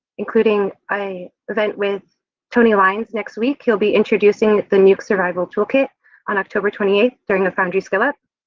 including a event with tony lyons next week. he'll be introducing the nuke survival toolkit on october twenty eight during the foundry skill-up.